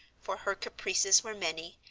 for her caprices were many,